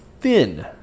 thin